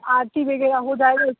आरती वग़ैरह हो जाए